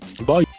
Bye